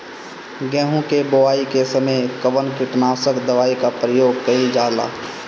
गेहूं के बोआई के समय कवन किटनाशक दवाई का प्रयोग कइल जा ला?